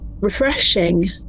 refreshing